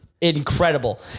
incredible